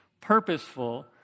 purposeful